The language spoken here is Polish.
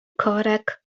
korek